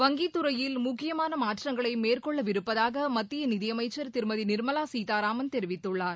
வங்கித் துறையில் முக்கியமான மாற்றங்களை மேற்கொள்ளவிருப்பதாக மத்திய நிதியமைச்சர் திருமதி நிர்மலா சீதாராமன் தெரிவித்துள்ளார்